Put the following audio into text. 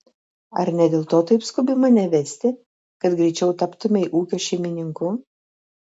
ar ne dėl to taip skubi mane vesti kad greičiau taptumei ūkio šeimininku